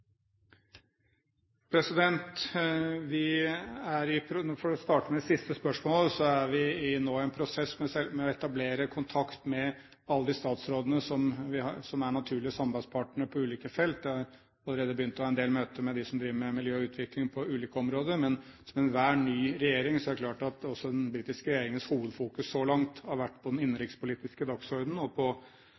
For å starte med det siste spørsmålet: Vi er nå i en prosess med å etablere kontakt med alle de statsrådene som er naturlige samarbeidspartnere på ulike felt. Jeg har allerede begynt å ha en del møter med de som driver med miljø og utvikling på ulike områder, men – som i enhver ny regjering – det er klart at den britiske regjeringens hovedfokus så langt har vært på den innenrikspolitiske dagsordenen og på